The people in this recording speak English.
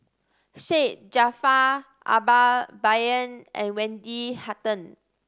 Syed Jaafar Albar Bai Yan and Wendy Hutton